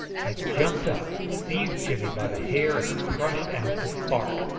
i jumped up, seized jimmy by the hair, and crushed out the spark,